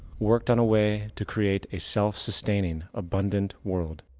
worked on a way to create a self-sustaining abundant world.